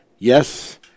Yes